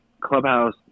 clubhouse